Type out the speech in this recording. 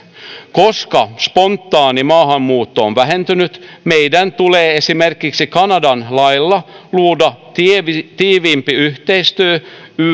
koska spontaani maahanmuutto on vähentynyt meidän tulee esimerkiksi kanadan lailla luoda tiiviimpi tiiviimpi yhteistyö